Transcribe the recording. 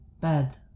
bad